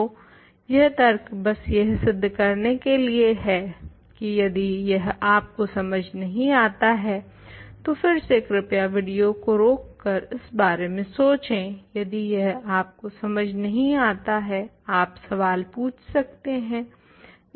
तो यह तर्क बस यह सिद्धह करने के लिए है की यदि यह आपको समझ नहीं आता है तो फिरसे कृप्या विडियो को रोक कर इस बारे में सोचें यदि यह आपको समझ नहीं आता है आप सवाल पुछ सकते हें